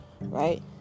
Right